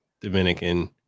Dominican